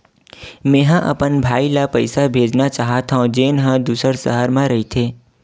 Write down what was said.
मेंहा अपन भाई ला पइसा भेजना चाहत हव, जेन हा दूसर शहर मा रहिथे